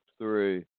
three